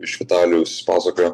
iš vitalijaus pasakojo